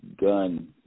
gun